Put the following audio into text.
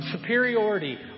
superiority